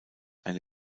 eine